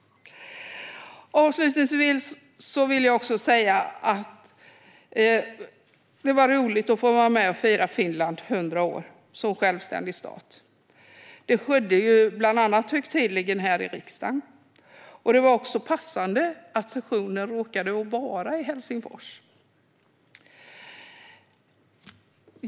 Avslutningsvis vill jag säga att det var roligt att få vara med och fira Finlands 100 år som självständig stat. Det skedde bland annat högtidligen här i riksdagen. Det var också passande att sessionen råkade vara just i Helsingfors.